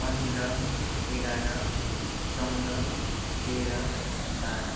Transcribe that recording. पन्ध्र एघार चौध तेह्र बाह्र